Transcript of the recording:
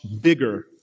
bigger